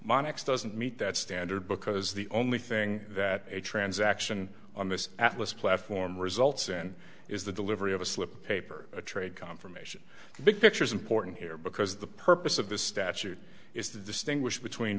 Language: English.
monex doesn't meet that standard because the only thing that a transaction on this atlas platform results in is the delivery of a slip of paper a trade confirmation big picture is important here because the purpose of this statute is to distinguish between